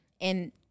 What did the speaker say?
And-